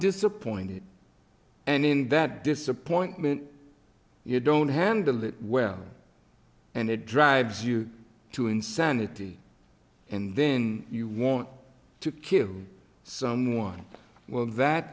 disappointed and in that disappointment you don't handle it well and it drives you to insanity and then you want to kill someone well that